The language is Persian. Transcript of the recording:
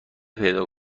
پیدا